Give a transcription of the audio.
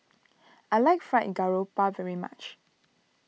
I like Fried Garoupa very much